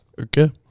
Okay